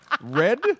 Red